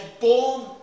born